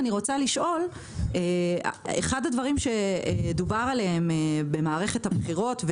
אחד הדברים שדובר עליהם במערכת הבחירות,